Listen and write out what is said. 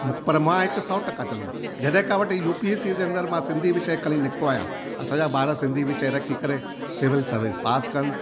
मुक पर मां हिक सौ टका चवंदुमि जॾहिं खां वटी यूपीएसी जे अंदरि मां सिंधी विषय करे निकितो आहियां असांजा ॿार सिंधी विषय रखी करे सिविल सर्विस पास कनि